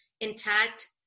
intact